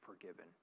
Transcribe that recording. forgiven